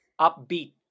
upbeat